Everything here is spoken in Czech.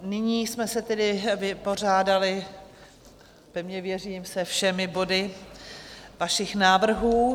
Nyní jsme se vypořádali, pevně věřím, se všemi body vašich návrhů.